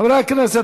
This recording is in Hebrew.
חברי הכנסת,